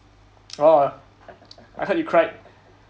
oh I heard you cried